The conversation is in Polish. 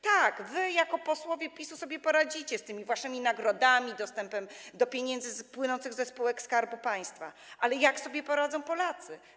Tak, wy jako posłowie PiS-u sobie poradzicie - z tymi waszymi nagrodami, dostępem do pieniędzy płynących ze spółek Skarbu Państwa - ale jak sobie poradzą Polacy?